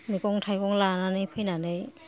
मैगं थाइगं लानानै फैनानै